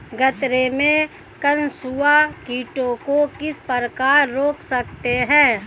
गन्ने में कंसुआ कीटों को किस प्रकार रोक सकते हैं?